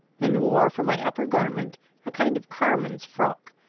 and wore for my upper garment a kind of carman's frock,